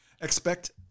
Expect